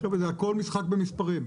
חבר'ה, זה הכול משחק במספרים.